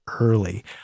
Early